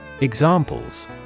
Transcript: Examples